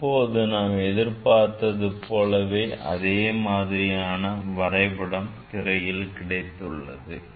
இப்போது நாம் எதிர்பார்த்தது போலவே அதே மாதிரியான வரைபடம் திரையில் கிடைத்துள்ளது